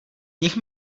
nich